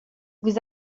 vous